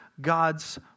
God's